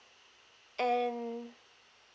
and